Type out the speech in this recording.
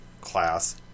class